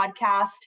podcast